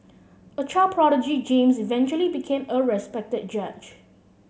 a child prodigy James eventually became a respected judge